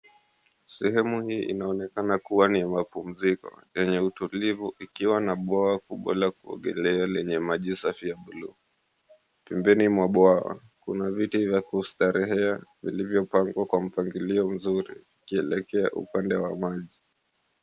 Sehemu hii inaonekana kuwa ni ya mapumziko, yenye utulivu ikiwa na bwawa kubwa la kuogelea lenye maji safi ya bluu. Pembeni mwa bwawa kuna viti vya kustarehea vilivyopangwa kwa mpangilio mzuri ikielekea upande wa maji.